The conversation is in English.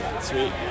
Sweet